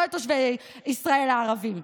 לא את תושבי ישראל הערבים.